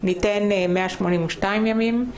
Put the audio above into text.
ניתן 182 ימים.